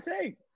take